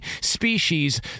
species